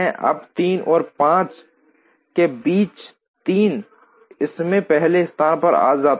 अब 3 और 5 के बीच 3 इसमें पहले स्थान पर आता है